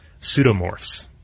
pseudomorphs